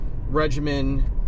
regimen